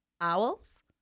owls